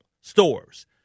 stores